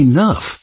Enough